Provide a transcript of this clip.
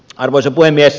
arvoisa puhemies